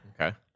Okay